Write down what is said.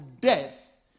death